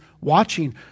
watching